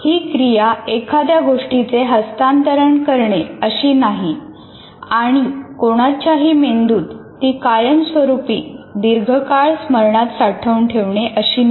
ही क्रिया एखाद्या गोष्टीचे हस्तांतरण करणे अशी नाही आणि कोणाच्याही मेंदूत ती कायमस्वरूपी दीर्घकाळ स्मरणात साठवून ठेवणे अशी नाही